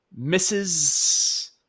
mrs